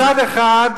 מצד אחד,